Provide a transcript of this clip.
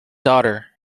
daughter